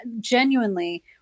genuinely